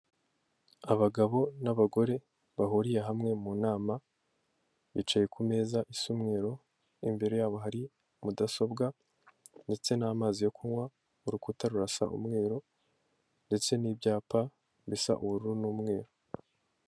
Abagabo n'abagore bahuriye hamwe mu nama bicaye ku meza isa umweru, imbere yabo hari mudasobwa ndetse n'amazi yo kunywa ,urukuta rurasa umweru ndetse n'ibyapa bisa ubururu n'umweru.